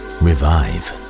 revive